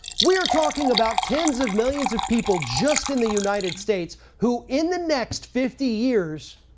we're talking about tens of millions of people just in the united states who in the next fifty years,